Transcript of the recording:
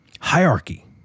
Hierarchy